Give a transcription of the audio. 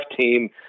team